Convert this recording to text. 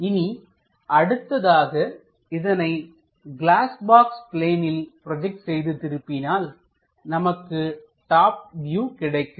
இனி அடுத்ததாக இதனை கிளாஸ் பாக்ஸ் பிளேனில் ப்ரோஜெக்ட் செய்து திருப்பினால்நமக்கு டாப் வியூ கிடைக்கும்